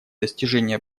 достижения